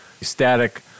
static